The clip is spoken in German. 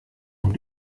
und